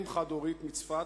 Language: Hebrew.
אם חד-הורית מצפת,